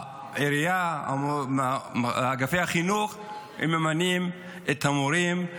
העירייה, אגפי החינוך ממנים את המורים.